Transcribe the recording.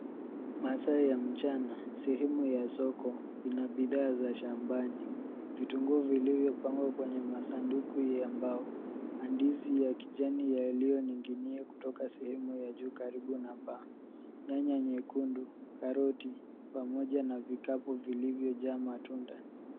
Masaa ya mchana, sehemu ya soko ina bidhaa za shambani. Vitunguu vilivyopangwa kwenye masanduku ya mbao, mandizi ya kijani yaliyoning'inia kutoka sehemu ya juu karibu na paa, nyanya nyekundu, karoti pamoja na vikapu vilivyojaa matunda.